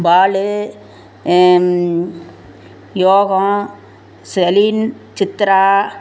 பாலு யோகோம் செலின் சித்ரா